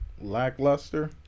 lackluster